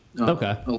Okay